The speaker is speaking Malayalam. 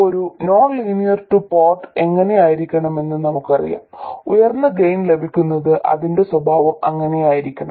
ഒരു നോൺ ലീനിയർ ടു പോർട്ട് എങ്ങനെയായിരിക്കണമെന്ന് നമുക്കറിയാം ഉയർന്ന ഗെയിൻ ലഭിക്കുന്നതിന് അതിന്റെ സ്വഭാവം അങ്ങനെയായിരിക്കണം